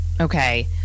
Okay